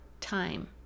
time